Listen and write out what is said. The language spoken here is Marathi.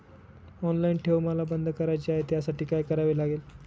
ऑनलाईन ठेव मला बंद करायची आहे, त्यासाठी काय करावे लागेल?